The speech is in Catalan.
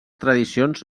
tradicions